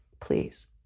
please